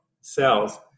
cells